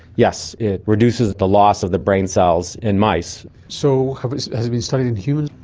yes, it reduces the loss of the brain cells in mice. so has has it been studied in humans?